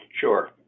sure